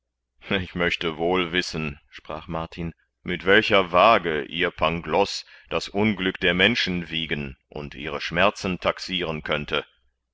ich möchte wohl wissen sprach martin mit welcher wage ihr pangloß das unglück der menschen wiegen und ihre schmerzen taxiren könnte